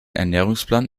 ernährungsplan